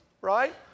right